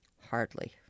Hardly